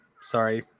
sorry